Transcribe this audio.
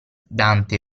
dante